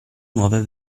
nuove